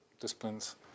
disciplines